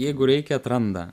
jeigu reikia atranda